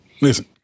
Listen